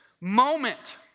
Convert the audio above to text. moment